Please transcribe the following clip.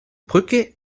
brücke